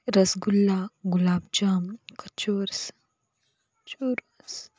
रसगुल्ला गुलाबजाम कचोर्स चर